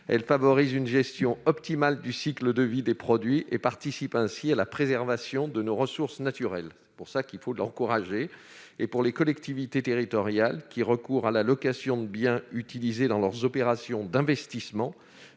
Cela favorise une gestion optimale du cycle de vie des produits et participe ainsi à la préservation de nos ressources naturelles. C'est la raison pour laquelle il faut l'encourager. Aux collectivités territoriales qui recourent à la location de biens utilisés dans leurs opérations d'investissement,